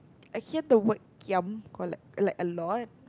I hear the word kiam or like like a lot